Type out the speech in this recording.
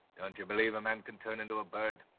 don't you believe a man can turn into a bird?